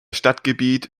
stadtgebiet